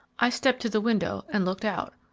i stepped to the window and looked out.